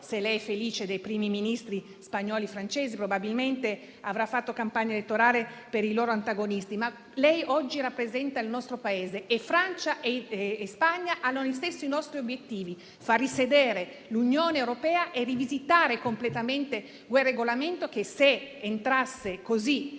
se sia felice dei Primi ministri spagnoli e francesi (probabilmente avrà fatto campagna elettorale per i loro antagonisti), ma oggi rappresenta il nostro Paese e Francia e Spagna hanno gli stessi nostri obiettivi, ossia indurre l'Unione europea a rivisitare completamente quel regolamento che, se venisse